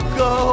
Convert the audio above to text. go